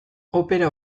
opera